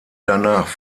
danach